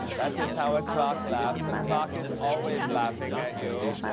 that is how a clock laughs. a clock is always laughing at you.